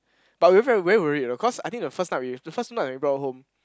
but we were very worried you know cause I think the first night we the first night we brought her home